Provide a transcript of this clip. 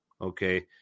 Okay